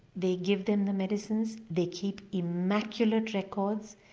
they give them the medicines, they keep immaculate records,